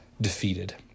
defeated